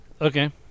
okay